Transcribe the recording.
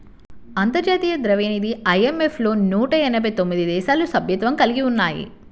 అంతర్జాతీయ ద్రవ్యనిధి ఐ.ఎం.ఎఫ్ లో నూట ఎనభై తొమ్మిది దేశాలు సభ్యత్వం కలిగి ఉన్నాయి